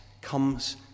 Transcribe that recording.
comes